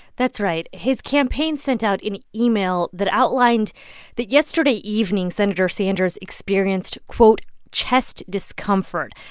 that's right. his campaign sent out an email that outlined that yesterday evening, senator sanders experienced, quote, chest discomfort.